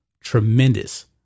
Tremendous